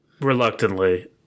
reluctantly